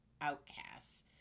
outcasts